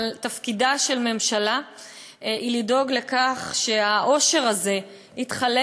אבל תפקידה של ממשלה הוא לדאוג לכך שהעושר הזה יתחלק